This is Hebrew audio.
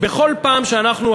בכל פעם שאנחנו,